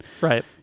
Right